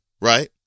right